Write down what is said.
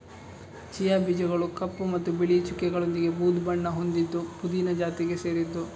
chia ಬೀಜಗಳು ಕಪ್ಪು ಮತ್ತು ಬಿಳಿ ಚುಕ್ಕೆಗಳೊಂದಿಗೆ ಬೂದು ಬಣ್ಣ ಹೊಂದಿದ್ದು ಪುದೀನ ಜಾತಿಗೆ ಸೇರಿದ್ದು